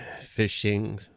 fishing